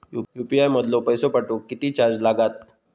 UPI मधलो पैसो पाठवुक किती चार्ज लागात?